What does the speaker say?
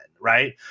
Right